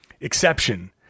exception